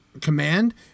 command